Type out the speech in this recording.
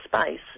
space